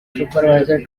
advisor